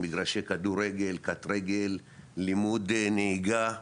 מגרשי כדורגל, קט-רגל, לימוד נהיגה.